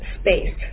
space